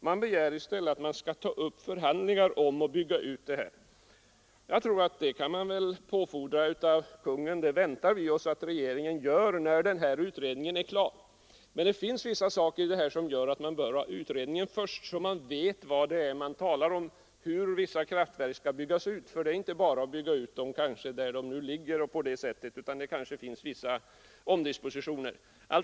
Det begärs i stället att man skall ta upp förhandlingar om en utbyggnad. Det väntar vi oss att regeringen gör när den här utredningen är klar. Men det finns vissa skäl som gör att man bör ha utredningen klar, så att man vet vad det är man talar om, hur vissa kraftverk skall byggas ut. Det är inte bara att bygga ut dem där de nu är belägna, utan det kanske blir vissa omdispositioner.